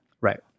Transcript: Right